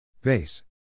base